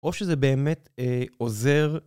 או שזה באמת עוזר.